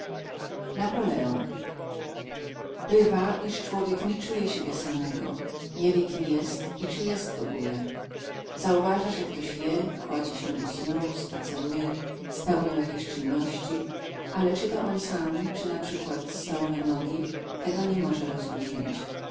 zdaje bywa iż człowiek nie czuje siebie samego nie wie kim jest i czy jest wogóle zauważa że ktoś je kładzie się do snu spaceruje spełnia jakieś czynności ale czy to on sam czy naprzykład stołowe nogi tego nie może rozróżnić